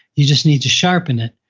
you just need to sharpen it,